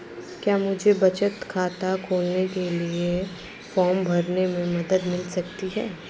क्या मुझे बचत खाता खोलने के लिए फॉर्म भरने में मदद मिल सकती है?